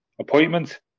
appointment